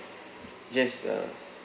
just uh